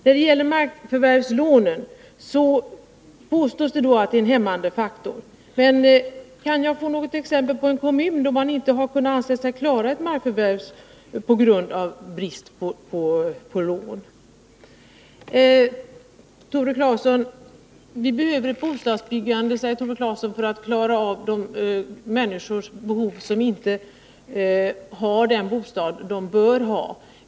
När det gäller avskaffande av markförvärvslånen påstås det att det är en hämmande faktor. Kan jag då få något exempel på en kommun där man inte har ansett sig klara ett markförvärv på grund av brist på lån? Tore Claeson säger att vi behöver ett bostadsbyggande för att klara de människors behov som inte har den bostad de bör ha.